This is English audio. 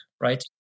right